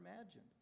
imagined